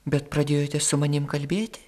bet pradėjote su manim kalbėti